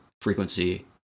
frequency